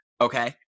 Okay